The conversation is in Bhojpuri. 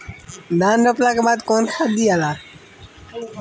धान रोपला के बाद कौन खाद दियाला?